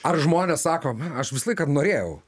ar žmonės sako aš visą laiką norėjau